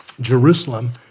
Jerusalem